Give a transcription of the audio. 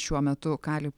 šiuo metu kali